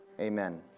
amen